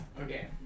okay